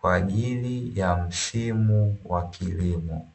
kwa ajili ya msimu wa kilimo.